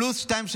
פלוס שניים,